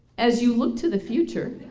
as you look to the future